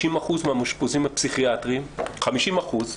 50% מהמאושפזים הפסיכיאטריים, 50%,